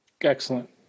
Excellent